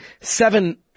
seven